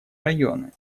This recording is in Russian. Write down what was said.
районы